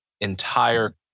entire